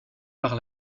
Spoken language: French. par